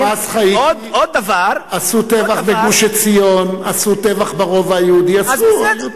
עשו טבח בגוש-עציון, עשו טבח ברובע היהודי, עשו.